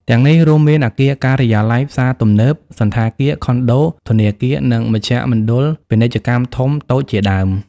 ទាំងនេះរួមមាន អគារការិយាល័យ ផ្សារទំនើប សណ្ឋាគារ ខុនដូ ធនាគារ និងមជ្ឈមណ្ឌលពាណិជ្ជកម្មធំ តូចជាដើម។